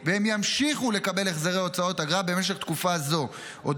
והם ימשיכו לקבל החזרי הוצאות אגרה במשך תקופה זו הודות